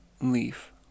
leaf